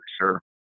sure